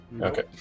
Okay